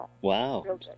Wow